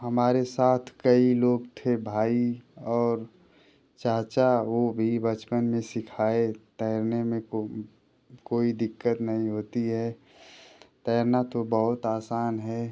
हमारे साथ कई लोग थे भाई और चाचा वो भी बचपन में सिखाए तैरने में कोई कोई दिक़्क़त नहीं होती है तैरना तो बहुत आसान है